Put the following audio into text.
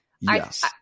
Yes